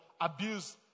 abuse